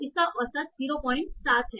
इसका औसत 07 है